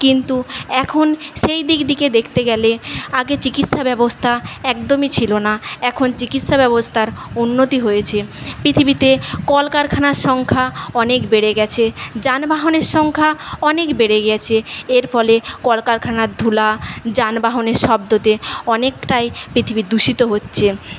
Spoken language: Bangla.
কিন্তু এখন সেই দিক থেকে দেখতে গেলে আগে চিকিৎসা ব্যবস্থা একদমই ছিল না এখন চিকিৎসা ব্যবস্থার উন্নতি হয়েছে পৃথিবীতে কল কারখানার সংখ্যা অনেক বেড়ে গেছে যান বাহনের সংখ্যা অনেক বেড়ে গেছে এর ফলে কল কারখানার ধূলা যান বাহনের শব্দতে অনেকটাই পৃথিবীর দূষিত হচ্ছে